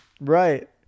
right